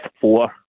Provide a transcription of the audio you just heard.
four